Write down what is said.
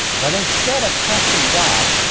but instead of trusting god,